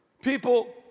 People